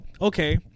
okay